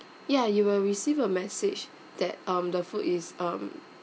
ya you will receive a message that um the food is um